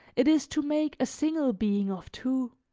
it is to make a single being of two